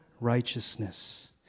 righteousness